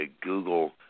Google